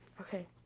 Okay